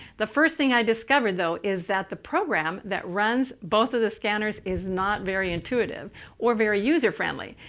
the first thing i discovered, though, is that the program that runs both of the scanners is not very intuitive or very user friendly.